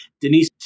Denise